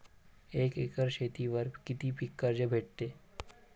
एक एकर शेतीवर किती पीक कर्ज भेटते?